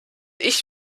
ich